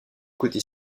côté